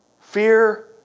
Fear